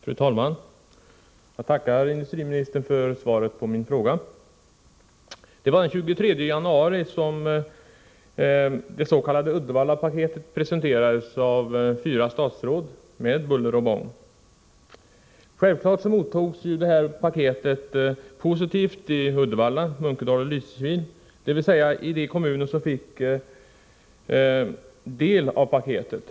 Fru talman! Jag tackar industriministern för svaret på min fråga. Det var den 23 januari som det s.k. Uddevallapaketet presenterades med buller och bång av fyra statsråd. Självfallet mottogs paketet positivt i Uddevalla, Munkedal och Lysekil, dvs. de kommuner som fick del av paketet.